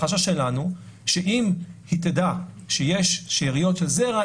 החשש שלנו הוא שאם היא תדע שיש שאריות של זרע,